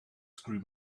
screw